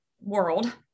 world